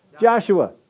Joshua